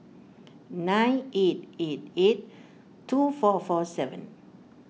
nine eight eight eight two four four seven